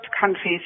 countries